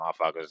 Motherfuckers